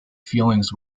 feelings